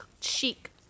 chic